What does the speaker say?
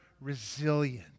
resilient